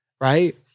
right